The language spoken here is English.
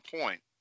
point